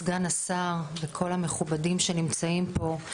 סגן השר וכל המכובדים שנמצאים פה,